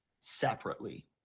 separately